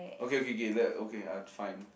okay okay okay let okay I'll fine